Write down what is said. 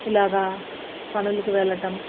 ఇలాగా పనులకు వెళ్ళటం